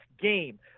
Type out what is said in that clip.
game